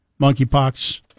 monkeypox